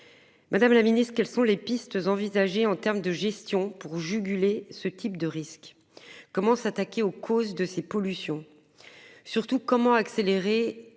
Madame la Ministre quelles sont les pistes envisagées en termes de gestion pour juguler ce type de risque. Comment s'attaquer aux causes de ces pollutions.